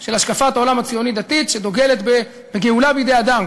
של השקפת העולם הציונית-דתית שדוגלת בגאולה בידי אדם,